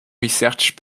research